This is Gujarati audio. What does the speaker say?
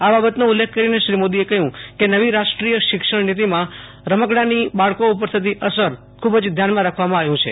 આ બાબતનો ઉલ્લેખકરીને શ્રી મોદીએ કહ્યું કે નવીરાષ્ટ્રીય શિક્ષણ નિતીમાં રમકડાંની બાળકો પર થતી અસર ઉપર ખૂબ જ ધ્યાન આપવામાંઆવ્યું છે